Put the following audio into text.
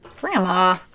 Grandma